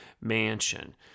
mansion